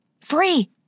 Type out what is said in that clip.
Free